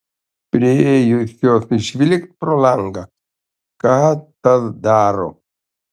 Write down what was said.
priėjusios žvilgt pro langą ką tas daro